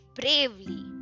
bravely